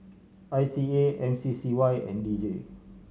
I C A M C C Y and D J